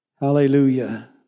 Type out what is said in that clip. Hallelujah